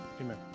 amen